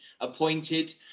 appointed